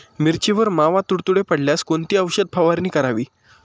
मिरचीवर मावा, तुडतुडे पडल्यास कोणती औषध फवारणी करावी?